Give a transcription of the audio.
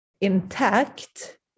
intact